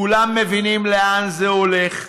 כולם מבינים לאן זה הולך.